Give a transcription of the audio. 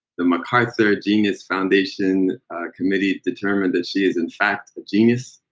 the macarthur genius foundation committee determined that she is, in fact, a genius,